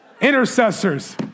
Intercessors